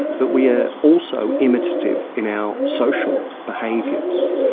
but we are also imitative in our social behaviours.